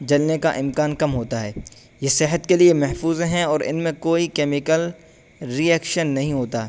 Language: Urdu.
جلنے کا امکان کم ہوتا ہے یہ صحت کے لیے محفوظ ہیں اور ان میں کوئی کیمیکل ریایکشن نہیں ہوتا